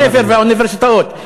ובתי-ספר ואוניברסיטאות.